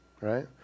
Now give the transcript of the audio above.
right